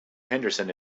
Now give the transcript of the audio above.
henderson